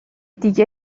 دیگه